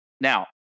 Now